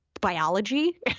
biology